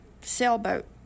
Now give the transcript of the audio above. sailboat